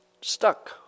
stuck